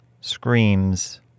screams